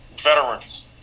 veterans